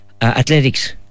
athletics